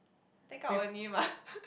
take out only mah